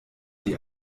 die